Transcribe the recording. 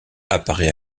apparaît